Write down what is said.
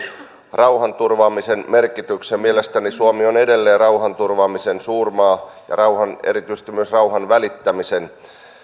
rauhanturvaamisen merkityksen mielestäni suomi on edelleen rauhanturvaamisen suurmaa ja erityisesti myös rauhanvälittämisen